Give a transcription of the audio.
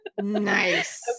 nice